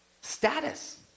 status